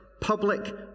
public